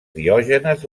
diògenes